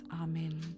Amen